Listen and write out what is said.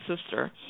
sister